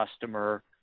customer